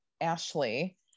Ashley